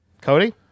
Cody